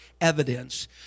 evidence